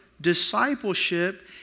discipleship